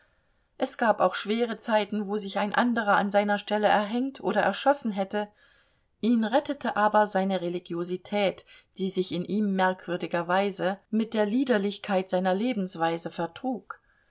es gab auch schwere zeiten wo sich ein anderer an seiner stelle erhängt oder erschossen hätte ihn rettete aber seine religiosität die sich in ihm merkwürdigerweise mit der liederlichkeit seiner lebensweise